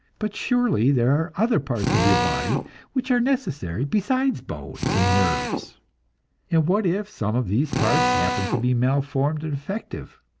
but surely, there are other parts of your body which are necessary besides bones and nerves! and what if some of these parts happen to be malformed or defective?